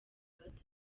gatatu